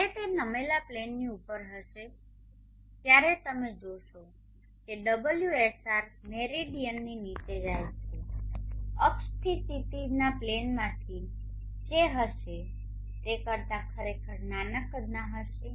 જ્યારે તે નમેલા પ્લેનની ઉપર હશે ત્યારે તમે જોશો કે ωsr મેરીડિયનથી નીચે જાય છે અક્ષથી ક્ષિતિજના પ્લેનમાંથી જે હશે તે કરતાં ખરેખર નાના કદના હશે